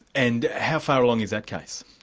and how far along is that case?